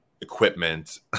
equipment